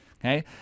Okay